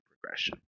progression